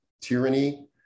tyranny